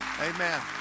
Amen